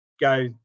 go